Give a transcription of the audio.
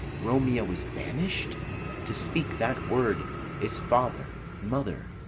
romeo is banished' to speak that word is father, mother,